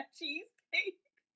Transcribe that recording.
cheesecake